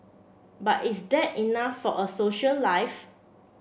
but is that enough for a social life